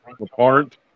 apart